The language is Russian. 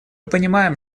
понимаем